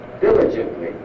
diligently